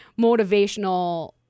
motivational